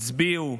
הצביעו,